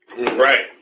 Right